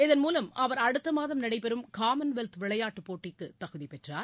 இதன்மூலம் அவர் அடுத்த மாதம் நடைபெறும் காமன்வெல்த் விளையாட்டு போட்டிக்கு தகுதி பெற்றார்